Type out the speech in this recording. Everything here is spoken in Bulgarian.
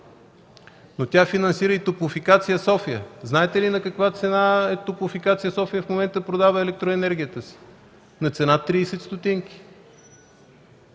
но тя финансира и Топлофикация-София. Знаете ли на каква цена Топлофикация-София в момента продава електроенергията си? На цена 30 стотинки.